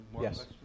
Yes